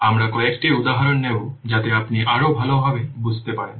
আমরা কয়েকটি উদাহরণ নেব যাতে আপনি আরও ভালভাবে বুঝতে পারেন